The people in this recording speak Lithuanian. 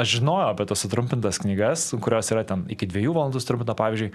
aš žinojau apie tas sutrumpintas knygas kurios yra ten iki dviejų valandų sutrumpina pavyzdžiui